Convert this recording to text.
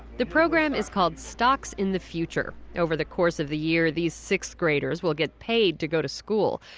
the program is called stocks in the future. over the course of the year, these sixth graders will get paid to go to school.